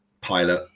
pilot